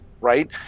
right